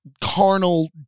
carnal